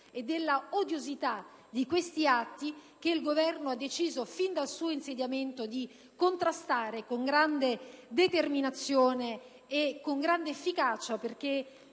e dell'odiosità di questi atti che il Governo ha deciso fin dal suo insediamento di contrastare con grande determinazione e con grande efficacia.